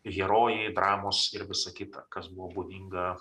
herojai dramos ir visa kita kas buvo būdinga